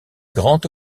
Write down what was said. grand